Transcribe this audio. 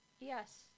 yes